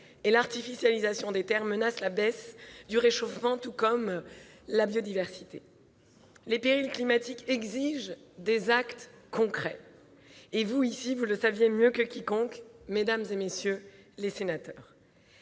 et l'artificialisation des terres menace la baisse du réchauffement, tout comme la biodiversité. Les périls climatiques exigent des actes concrets et vous, ici, vous le savez mieux que quiconque. Le temps est venu de prendre